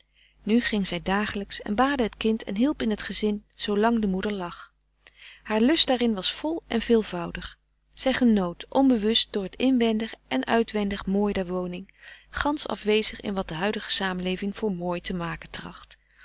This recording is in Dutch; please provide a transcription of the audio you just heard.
nu ging zij dagelijks en baadde het kind en hielp in het gezin zoolang de moeder lag haar lust daarin was vol en veelvoudig zij genoot onbewust door het inwendig en uitwendig mooi der woning gansch afwezig in wat de huidige samenleving voor mooi te maken tracht